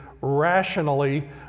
rationally